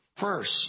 first